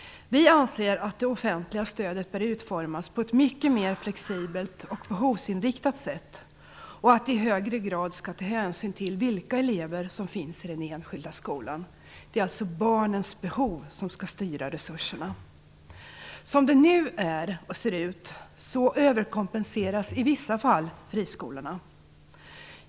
Vi anser att det offentliga stödet bör utformas på ett mycket mer flexibelt och behovsinriktat sätt och att vi i högre grad skall ta hänsyn till vilka elever som finns i den enskilda skolan. Det är alltså barnens behov som skall styra resurserna. I dag överkompenseras friskolorna i vissa fall.